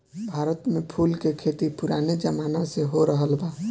भारत में फूल के खेती पुराने जमाना से होरहल बा